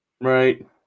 Right